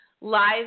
live